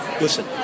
listen